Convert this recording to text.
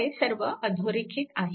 हे सर्व अधोरेखित आहे